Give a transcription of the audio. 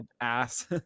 ass